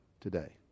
today